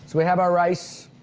we have our rice,